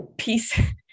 peace